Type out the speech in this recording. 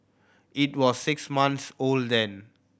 it was six months old then